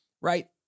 right